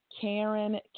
Karen